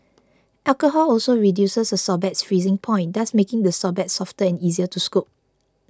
alcohol also reduces a sorbet's freezing point thus making the sorbet softer and easier to scoop